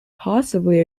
possibly